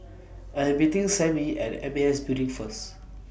I'm meeting Sammy At M A S Building First